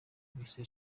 bise